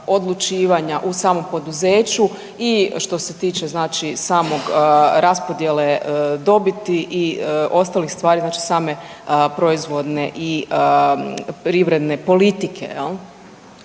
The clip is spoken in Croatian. odlučivanja u samom poduzeću i što se tiče znači same raspodjele dobiti i ostalih stvari, znači same proizvodne i privredne politike